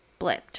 blipped